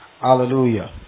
Hallelujah